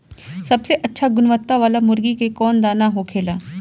सबसे अच्छा गुणवत्ता वाला मुर्गी के कौन दाना होखेला?